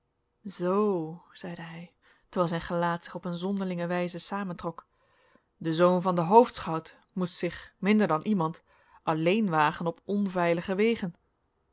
zoo zeide hij terwijl zijn gelaat zich op een zonderlinge wijze samentrok de zoon van den hoofdschout moest zich minder dan iemand alleen wagen op onveilige wegen